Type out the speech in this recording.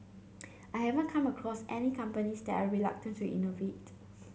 I haven't come across any companies that are reluctant to innovate